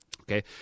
okay